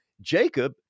Jacob